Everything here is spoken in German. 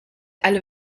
alle